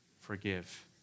Forgive